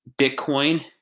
Bitcoin